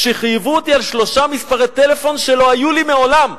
חייבו אותי על שלושה מספרי טלפון שלא היו לי מעולם.